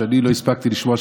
שאני לא הספקתי לשמוע,